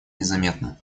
незаметно